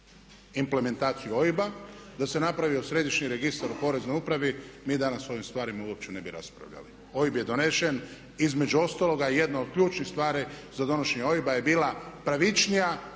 implementaciju OIB-a, da se napravio središnji registar u poreznoj upravi mi danas o ovim stvarima uopće ne bi raspravljali. OIB je donesen. Između ostaloga jedna od ključnih stvari za donošenje OIB-a je bila pravičnija,